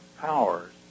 powers